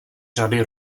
řady